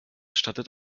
stattet